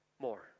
more